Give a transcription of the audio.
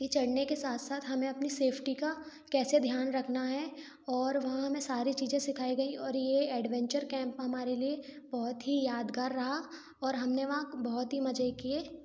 कि चढ़ने के साथ साथ हमें अपनी सेफ्टी का कैसे ध्यान रखना है और वहाँ हमें सारी चीजें सिखाई गईं और ये एडवेंचर कैंप हमारे लिए बहुत ही यादगार रहा और हमने वहाँ बहुत ही मजे किए